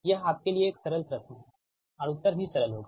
यह आपके लिए एक सरल प्रश्न है और उत्तर भी सरल होगा